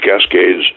Cascades